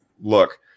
look